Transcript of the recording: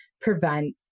prevent